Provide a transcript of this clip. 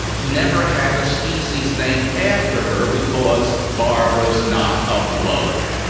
never had a species named after her because barbara's not a bloke.